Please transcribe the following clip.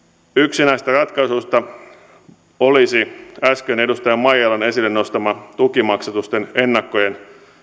näistä ratkaisuista olisi äsken edustaja maijalan esille nostama tukimaksatusten ennakkojen